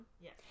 Yes